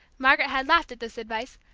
margaret had laughed at this advice,